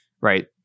right